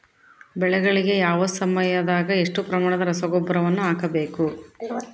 ಬೆಳೆಗಳಿಗೆ ಯಾವ ಯಾವ ಸಮಯದಾಗ ಎಷ್ಟು ಪ್ರಮಾಣದ ರಸಗೊಬ್ಬರವನ್ನು ಹಾಕಬೇಕು?